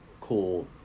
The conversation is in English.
cool